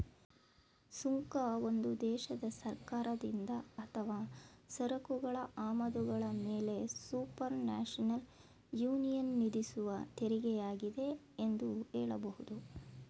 ಸುಂಕ ಒಂದು ದೇಶದ ಸರ್ಕಾರದಿಂದ ಅಥವಾ ಸರಕುಗಳ ಆಮದುಗಳ ಮೇಲೆಸುಪರ್ನ್ಯಾಷನಲ್ ಯೂನಿಯನ್ವಿಧಿಸುವತೆರಿಗೆಯಾಗಿದೆ ಎಂದು ಹೇಳಬಹುದು